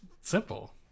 simple